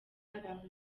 abantu